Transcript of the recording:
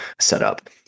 setup